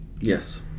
Yes